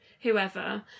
whoever